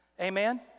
Amen